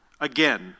again